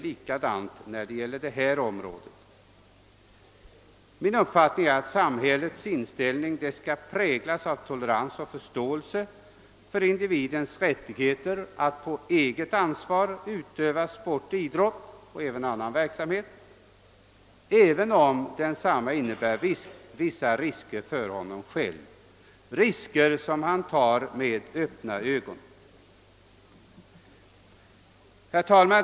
Min uppfattning är att samhällets inställning skall präglas av tolerans och förståelse för individens rättigheter att på eget ansvar utöva sport och idrott liksom annan verksamhet, även om det innebär vissa risker för honom själv, risker som han tar med öppna ögon.